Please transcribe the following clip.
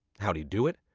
how'd he do it?